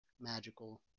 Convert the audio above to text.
magical